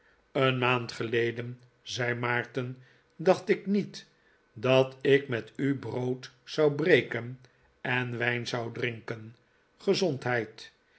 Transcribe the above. een maand geleden zei maarten dacht ik niet dat ik met u brood zou breken en wijn zou drinken gezondheid